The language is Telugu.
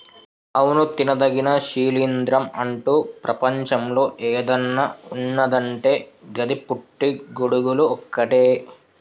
అవును తినదగిన శిలీంద్రం అంటు ప్రపంచంలో ఏదన్న ఉన్నదంటే గది పుట్టి గొడుగులు ఒక్కటే